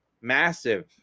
massive